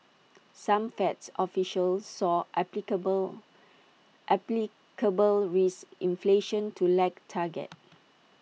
some Feds officials saw applicable applicable risk inflation to lag target